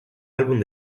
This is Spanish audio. álbum